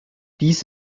dies